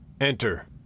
Enter